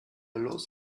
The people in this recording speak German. los